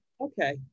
Okay